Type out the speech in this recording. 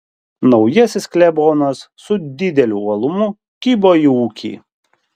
naujasis klebonas su dideliu uolumu kibo į ūkį